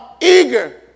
eager